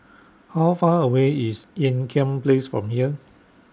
How Far away IS Ean Kiam Place from here